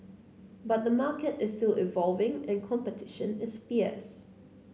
but the market is still evolving and competition is fierce